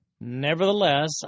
Nevertheless